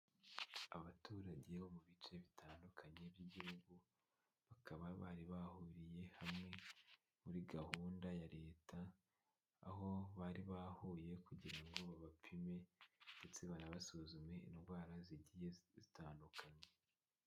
Abaturage bo mu bice bitandukanye by'igihugu, bakaba bari bahuriye hamwe muri gahunda ya Leta, aho bari bahuye kugira ngo babapime ndetse banabasuzume indwara zigiye zitandukanye.